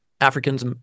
Africans